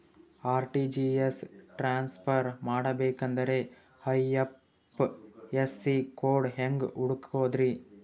RTGS transfer ಮಾಡಬೇಕೆಂದರೆ IFSC code ಹೆಂಗ್ ಹುಡುಕೋದ್ರಿ?